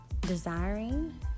desiring